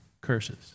curses